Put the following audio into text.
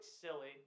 silly